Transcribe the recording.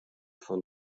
fan